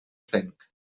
fenc